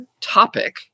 topic